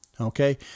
Okay